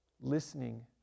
listening